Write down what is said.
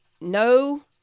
no